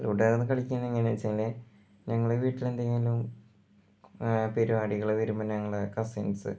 ludo ആണ് കളിക്കുന്നതെങ്കിൽ വെച്ചാൽ ഞങ്ങൾ വീട്ടിലെന്തെങ്കിലും പരിപാടികൾ വരുമ്പം ഞങ്ങൾ കസിൻസ്